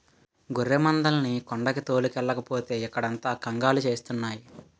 గొర్రెమందల్ని కొండకి తోలుకెల్లకపోతే ఇక్కడంత కంగాలి సేస్తున్నాయి